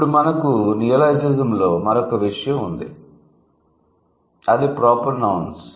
ఇప్పుడు మనకు నియోలాజిజం లో మరొక విషయం ఉంది అది ప్రోపర్ నౌన్స్